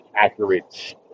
accurate